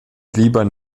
lieber